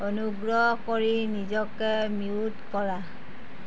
অনুগ্ৰহ কৰি নিজকে মিউট কৰা